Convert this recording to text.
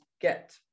get